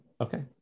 Okay